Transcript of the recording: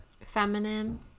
feminine